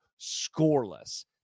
scoreless